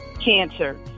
cancer